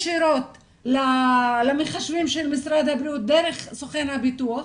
ישירות למחשבים של משרד הבריאות דרך סוכן הביטוח,